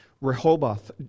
Rehoboth